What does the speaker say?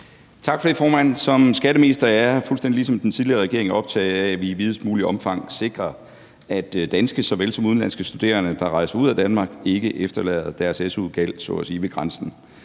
Tak for det, formand. Som skatteminister er jeg fuldstændig ligesom den tidligere regering optaget af, at vi i videst muligt omfang sikrer, at danske såvel som udenlandske studerende, der rejser ud af Danmark, så at sige ikke efterlader deres su-gæld ved grænsen.